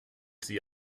sie